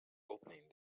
opening